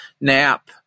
nap